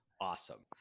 awesome